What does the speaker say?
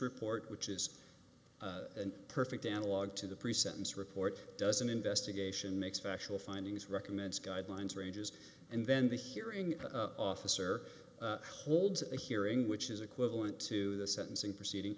report which is a perfect analog to the pre sentence report does an investigation make special findings recommends guidelines ranges and then the hearing officer holds a hearing which is equivalent to the sentencing proceeding